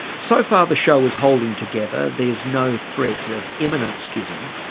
so far the show was holding together, there's no threat of imminent schism.